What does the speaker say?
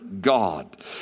God